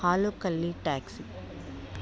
ಹಾಲುಕಲ್ಲಿ taxi